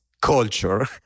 culture